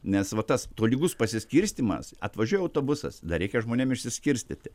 nes va tas tolygus pasiskirstymas atvažiuoja autobusas dar reikia žmonėm išsiskirstyti